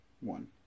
One